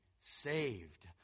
saved